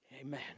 Amen